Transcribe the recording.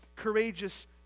courageous